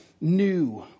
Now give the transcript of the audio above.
new